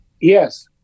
Yes